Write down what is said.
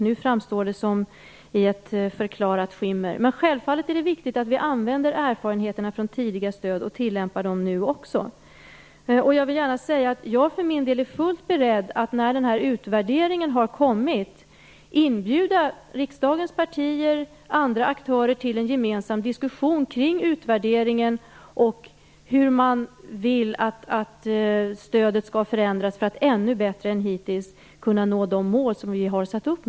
Nu framstår ju det programmet i ett förklarat skimmer. Det är naturligtvis viktigt att vi använder erfarenheterna från tidigare stöd och tillämpar dem också nu. Jag för min del är full beredd att, när utvärderingen har kommit, inbjuda riksdagens partier och andra aktörer till en gemensam diskussion kring utvärderingen och om hur man vill att stödet skall förändras för att det skall vara möjligt att ännu bättre än hittills nå uppsatta mål.